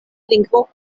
lingvo